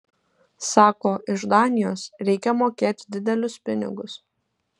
sako iš danijos reikia mokėt didelius pinigus